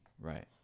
Right